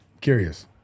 Curious